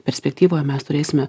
perspektyvoje mes turėsime